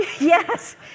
yes